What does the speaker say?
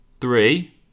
Three